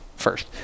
first